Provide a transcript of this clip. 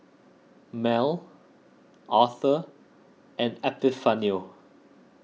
Mal Author and Epifanio